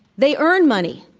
they earn money,